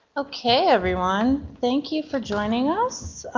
okay everyone, thank you for joining us